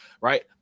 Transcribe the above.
right